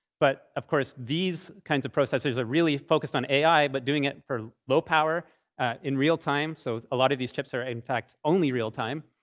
but of course, these kinds of processors are really focused on ai, but doing it for low power in real time. so a lot of these chips are, in fact, only real time.